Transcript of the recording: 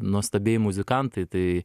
nuostabieji muzikantai tai